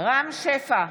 רם שפע,